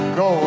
go